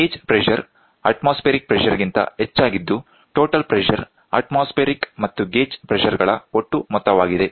gauge pressure atmospheric pressure ಗಿಂತ ಹೆಚ್ಚಾಗಿದ್ದು total pressure atmospheric ಮತ್ತು ಗೇಜ್ ಪ್ರೆಶರ್ ಗಳ ಒಟ್ಟು ಮೊತ್ತವಾಗಿದೆ